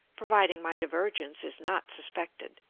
providing my divergence is not suspected.